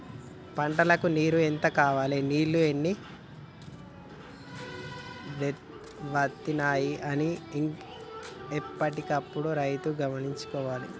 పంటలకు నీరు ఎంత కావాలె నీళ్లు ఎన్ని వత్తనాయి అన్ని ఎప్పటికప్పుడు రైతు గమనించుకోవాలె